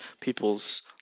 people's